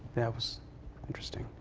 that was interesting.